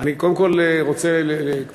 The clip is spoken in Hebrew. אני קודם כול רוצה להביע,